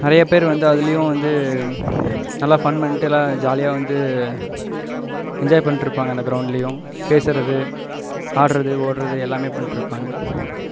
நிறையப் பேர் வந்து அதுலேயும் வந்து நல்லா ஃபன் பண்ணிட்டு எல்லாம் ஜாலியாக வந்து என்ஜாய் பண்ணிட்டு இருப்பாங்க அந்த கிரௌண்ட்லேயும் பேசுகிறது ஆடுறது ஓடுறது எல்லாம் பண்ணிட்டு இருப்பாங்க